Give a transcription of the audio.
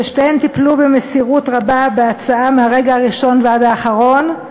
שתיהן טיפלו במסירות רבה בהצעה מהרגע הראשון ועד האחרון.